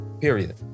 period